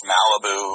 Malibu